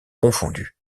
confondues